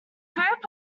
group